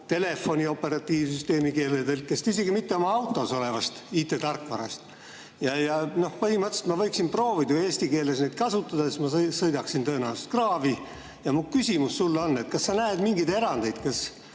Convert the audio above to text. telefoni operatiivsüsteemi keeletõlkest, isegi mitte oma autos olevast IT‑tarkvarast. Põhimõtteliselt, kui ma prooviksin seda eesti keeles kasutada, siis ma sõidaksin tõenäoliselt kraavi. Mu küsimus sulle on: kas sa näed mingeid erandeid?